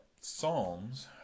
psalms